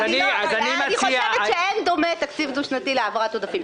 אני חושבת שאין דומה תקציב דו-שנתי להעברת עודפים.